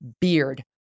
beard